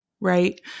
right